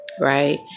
right